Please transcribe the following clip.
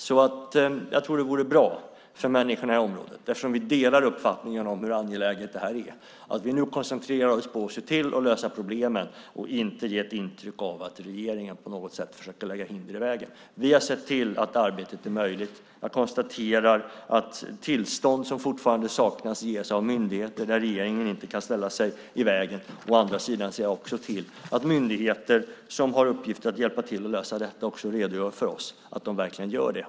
Eftersom vi delar uppfattningen om hur angeläget det här är tror jag att det vore bra för människorna i området att vi nu koncentrerar oss på att se till att lösa problemen och inte ger ett intryck av att regeringen på något sätt försöker lägga hinder i vägen. Vi har sett till att arbetet är möjligt. Jag konstaterar att tillstånd som fortfarande saknas ges av myndigheter där regeringen inte kan ställa sig i vägen. Å andra sidan ser jag också till att myndigheter som har i uppgift att hjälpa till att lösa detta också redogör för oss att de verkligen gör det.